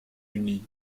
uni